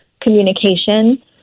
communication